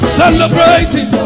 celebrating